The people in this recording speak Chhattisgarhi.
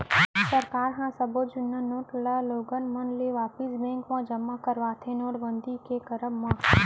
सरकार ह सब्बो जुन्ना नोट ल लोगन मन ले वापिस बेंक म जमा करवाथे नोटबंदी के करब म